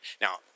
Now